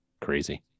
crazy